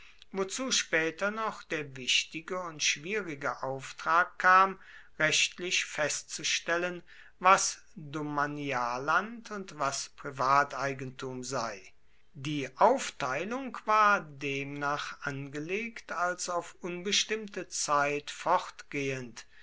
wozu später noch der wichtige und schwierige auftrag kam rechtlich festzustellen was domanialland und was privateigentum sei die aufteilung war demnach angelegt als auf unbestimmte zeit fortgehend